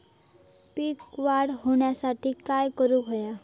पीक वाढ होऊसाठी काय करूक हव्या?